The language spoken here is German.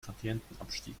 gradientenabstieg